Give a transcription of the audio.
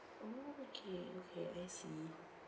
oh okay okay I see